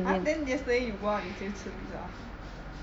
!huh! then yesterday you go out you still 吃 pizza